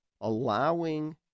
Allowing